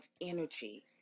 energy